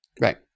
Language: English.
Right